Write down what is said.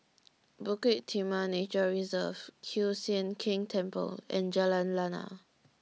Bukit Timah Nature Reserve Kiew Sian King Temple and Jalan Lana